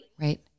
Right